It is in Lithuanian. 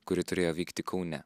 kuri turėjo vykti kaune